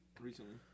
recently